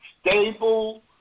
stable